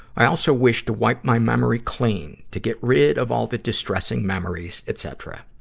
i also wish to wipe my memory clean, to get rid of all the distressing memories, etcetera.